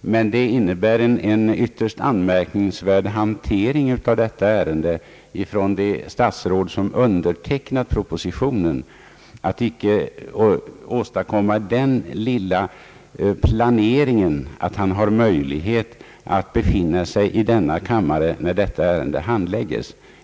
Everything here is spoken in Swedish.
men det innebär en ytterst anmärkningsvärd hantering av ärendet från det statsråd som undertecknat propositionen att icke åstadkomma den lilla planeringen att han har möjlighet att befinna sig i denna kammare när ärendet handlägges.